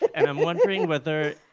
and i'm wondering whether,